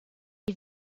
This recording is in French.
les